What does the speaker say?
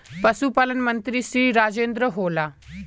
पशुपालन मंत्री श्री राजेन्द्र होला?